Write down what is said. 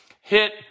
hit